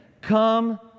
come